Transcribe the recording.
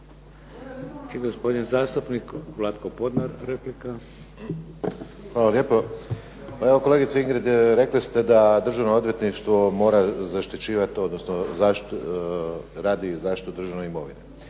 I gospodin zastupnik Vlatko Podnar, replika. **Podnar, Vlatko (SDP)** Hvala lijepo. Evo kolegice Ingrid rekli ste da Državno odvjetništvo mora zaštićivati, odnosno radi zaštitu državne imovine.